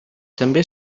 també